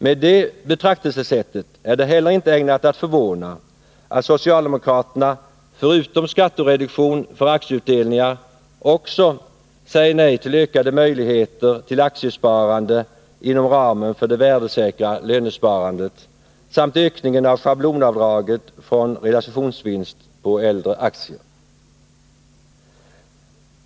Med ett sådant betraktelsesätt förvånar det inte heller att socialdemokraterna förutom att säga nej till skattereduktion för aktieutdelningar också säger nej till ökade möjligheter till aktiesparande inom ramen för det värdesäkra lönesparandet samt ökningen av schablonavdraget från realisationsvinst på äldre aktier.